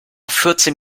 vierzehn